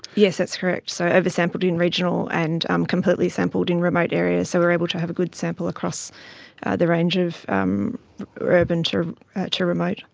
yes, that's correct, so oversampled in regional and um completely sampled in remote areas, so we were able to have a good sample across the range of um urban to to remote